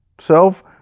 self